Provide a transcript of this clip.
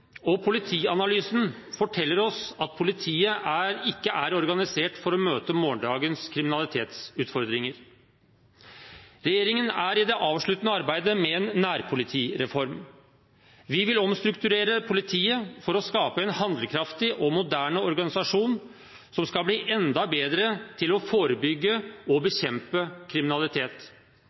og Politianalysen forteller oss at politiet ikke er organisert for å møte morgendagens kriminalitetsutfordringer. Regjeringen er i det avsluttende arbeidet med en nærpolitireform. Vi vil omstrukturere politiet for å skape en handlekraftig og moderne organisasjon som skal bli enda bedre til å forebygge og bekjempe kriminalitet.